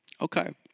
Okay